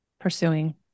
pursuing